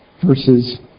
verses